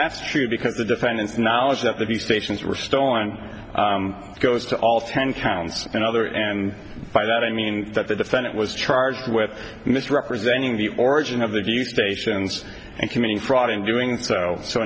that's true because the defendant's knowledge that the stations were stolen goes to all ten counts and other and by that i mean that the defendant was charged with misrepresenting the origin of the new stations and committing fraud and doing so so